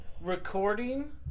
recording